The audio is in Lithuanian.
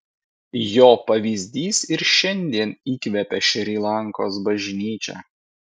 jo pavyzdys ir šiandien įkvepia šri lankos bažnyčią